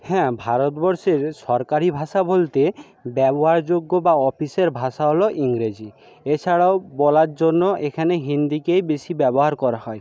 হ্যাঁ ভারতবর্ষের সরকারি ভাষা বলতে ব্যবহারযোগ্য বা অফিসের ভাষা হলো ইংরেজি এছাড়াও বলার জন্য এখানে হিন্দিকেই বেশি ব্যবহার করা হয়